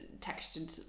textured